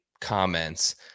comments